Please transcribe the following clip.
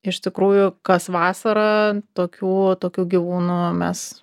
iš tikrųjų kas vasarą tokių tokių gyvūnų mes